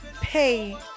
pay